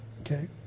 Okay